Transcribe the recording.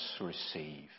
receive